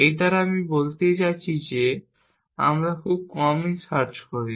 এই দ্বারা আমি বলতে চাচ্ছি যে আমরা খুব কমই সার্চ করি